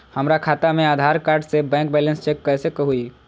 हमरा खाता में आधार कार्ड से बैंक बैलेंस चेक कैसे हुई?